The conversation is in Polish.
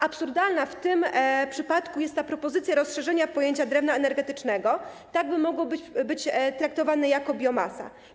Absurdalna w tym przypadku jest ta propozycja rozszerzenia pojęcia drewna energetycznego, tak by mogło być traktowane jako biomasa.